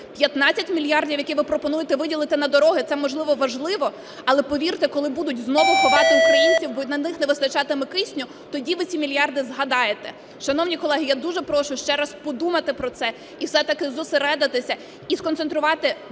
мільярдів, які ви пропонуєте виділити на дороги, - це, можливо, важливо, але, повірте, коли будуть знову ховати українців, бо на них не вистачатиме кисню, тоді ви ці мільярди згадаєте. Шановні колеги, я дуже прошу ще раз подумати про це і все-таки зосередитися, і сконцентрувати